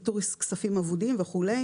איתור כספים אבודים וכו'.